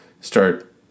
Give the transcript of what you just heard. start